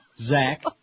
Zach